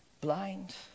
blind